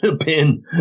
Pin